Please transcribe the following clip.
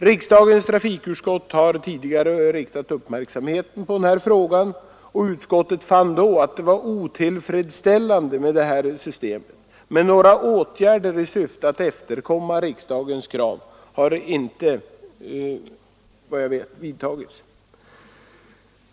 Riksdagens trafikutskott har tidigare riktat uppmärksamheten på den här frågan, och utskottet fann då att det var otillfredsställande med detta system. Men några åtgärder i syfte att efterkomma riksdagens krav har vad jag vet inte vidtagits.